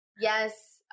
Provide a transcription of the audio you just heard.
yes